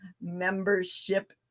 membership